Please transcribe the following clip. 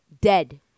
Dead